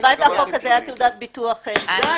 הלוואי והחוק הזה היה תעודת ביטוח --- די.